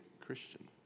Christian